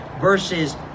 versus